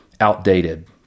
outdated